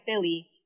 Philly